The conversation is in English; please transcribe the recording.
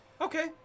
Okay